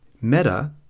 Meta